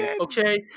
okay